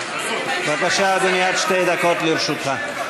בבקשה, אדוני, עד שתי דקות לרשותך.